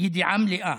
ידיעה מלאה,